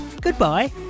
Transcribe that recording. goodbye